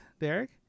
Derek